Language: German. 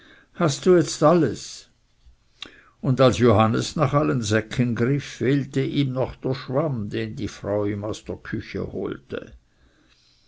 hast du jetzt alles und als johannes nach allen säcken griff fehlte ihm noch schwamm den die frau ihm aus der küche holte